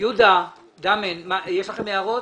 עד סעיף 81. יש לכם הערות?